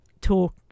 talk